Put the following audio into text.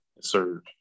Sir